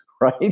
right